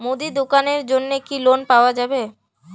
মুদি দোকানের জন্যে কি লোন পাওয়া যাবে?